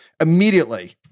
immediately